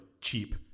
cheap